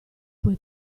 puoi